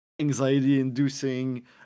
anxiety-inducing